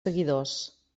seguidors